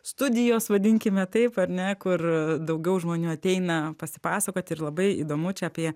studijos vadinkime taip ar ne kur daugiau žmonių ateina pasipasakot ir labai įdomu čia apie